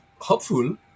hopeful